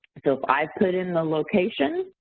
so, if i put in the location,